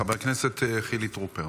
חבר הכנסת חילי טרופר,